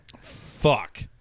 Fuck